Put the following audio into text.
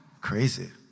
Crazy